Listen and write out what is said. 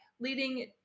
Leading